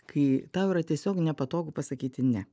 kai tau yra tiesiog nepatogu pasakyti ne